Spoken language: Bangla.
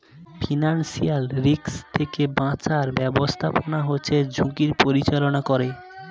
ফিনান্সিয়াল রিস্ক থেকে বাঁচার ব্যাবস্থাপনা হচ্ছে ঝুঁকির পরিচালনা করে